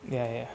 ya ya